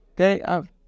Okay